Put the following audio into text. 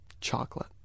chocolate